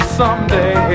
someday